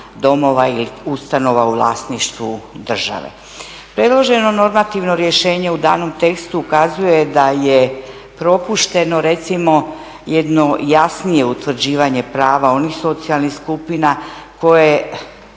domova ili ustanova u vlasništvu države. Predloženo normativno rješenje u danom tekstu ukazuje daje propušteno recimo jedno jasnije utvrđivanje prava onih socijalnih skupina koje,